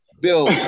Bill